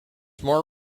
more